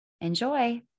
Enjoy